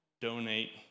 donate